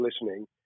listening